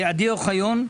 עדי אוחיון,